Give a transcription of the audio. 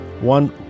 one